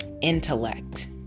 intellect